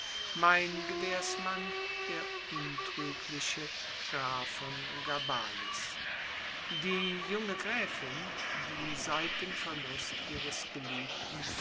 mein gewährsmann der untrügliche graf von gabalis die junge gräfin die seit dem verlust ihres geliebten